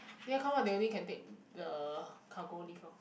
they want to come out they only can take the cargo lift lor